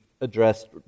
addressed